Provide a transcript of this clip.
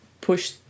push